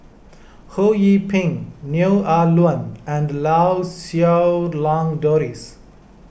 Ho Yee Ping Neo Ah Luan and Lau Siew Lang Doris